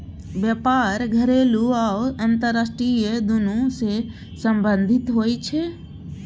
बेपार घरेलू आ अंतरराष्ट्रीय दुनु सँ संबंधित होइ छै